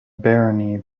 barony